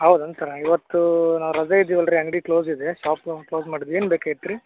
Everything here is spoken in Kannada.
ಹೌದೇನು ಸರ ಇವತ್ತು ನಾವು ರಜೆ ಇದ್ದೀವಲ್ಲ ರಿ ಅಂಗಡಿ ಕ್ಲೋಸ್ ಇದೆ ಶಾಪ್ ನಾವು ಕ್ಲೋಸ್ ಮಾಡಿದ್ವಿ ಏನು ಬೇಕಾಗಿತ್ ರೀ